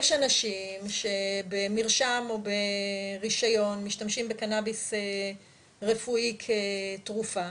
יש אנשים שבמרשם או שברישיון משתמשים בקנביס רפואי כתרופה,